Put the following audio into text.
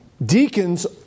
Deacons